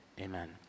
amen